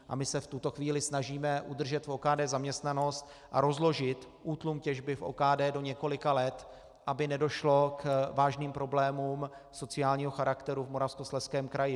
A my se v tuto chvíli snažíme udržet v OKD zaměstnanost a rozložit útlum těžby v OKD do několika let, aby nedošlo k vážným problémům sociálního charakteru v Moravskoslezském kraji.